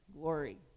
glory